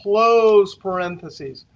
close parentheses.